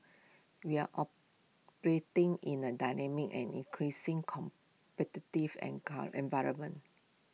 we are operating in A dynamic and increasing competitive an car environment